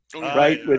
right